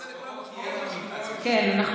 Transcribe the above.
כן.